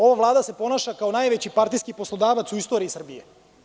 Ova Vlada se ponaša kao najveći partijski poslodavac u istoriji Srbije.